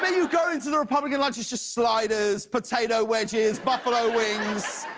but you go into the republican lunch it's just slider, potatoe wedges, buffalo wings.